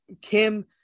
Kim